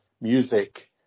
music